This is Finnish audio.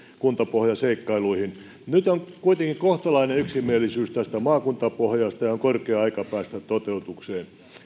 kuntapohjaseikkailuihin nyt on kuitenkin kohtalainen yksimielisyys tästä maakuntapohjasta ja on korkea aika päästä toteutukseen